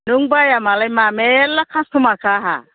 नों बाइया मालाय मा मेरला खास्थ'मारखा आंहा